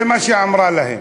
זה מה שהיא אמרה להם.